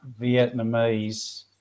vietnamese